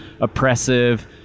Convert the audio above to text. oppressive